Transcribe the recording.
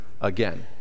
Again